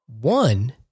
one